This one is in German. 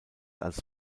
als